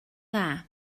dda